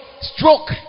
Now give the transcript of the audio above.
Stroke